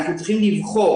אנחנו צריכים לבחור,